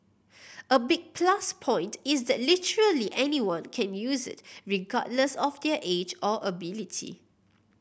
a big plus point is that literally anyone can use it regardless of their age or ability